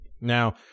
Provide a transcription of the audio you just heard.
now